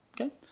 Okay